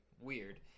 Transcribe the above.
weird